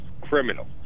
criminal